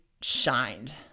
shined